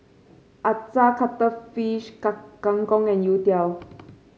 acar cuttlefish kang Kang Kong and youtiao